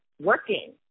working